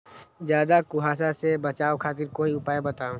ज्यादा कुहासा से बचाव खातिर कोई उपाय बताऊ?